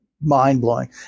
mind-blowing